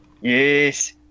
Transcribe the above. Yes